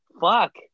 fuck